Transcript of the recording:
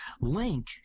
Link